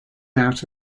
out